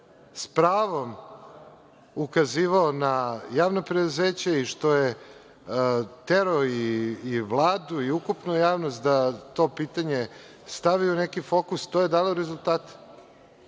sa pravom ukazivao na javna preduzeća i što je terao i Vladu i ukupnu javnost da to pitanje stavi u neki fokus, to je dalo rezultate.